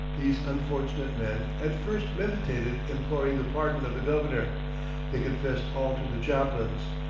these unfortunate men at first meditated imploring the pardon of the governor they confessed all to the chaplains,